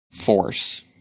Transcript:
force